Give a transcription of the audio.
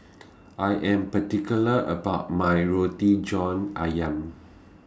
I Am particular about My Roti John Ayam